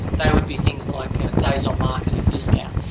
they would be things like days on market and discount.